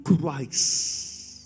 Christ